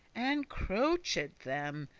and crouched them,